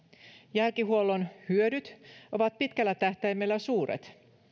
jälkihuollon hyödyt ovat pitkällä tähtäimellä suuret